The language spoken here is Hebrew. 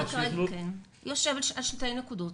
יש שתי נקודות.